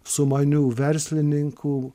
sumanių verslininkų